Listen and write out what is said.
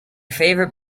favorite